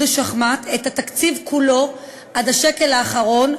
השחמט את התקציב כולו עד השקל האחרון,